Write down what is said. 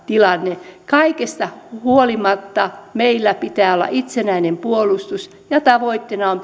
tilanne kaikesta huolimatta meillä pitää olla itsenäinen puolustus ja tavoitteena on